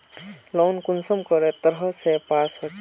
Loan कुंसम करे तरह से पास होचए?